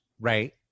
right